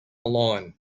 line